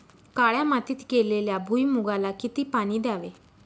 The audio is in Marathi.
काळ्या मातीत केलेल्या भुईमूगाला किती पाणी द्यावे?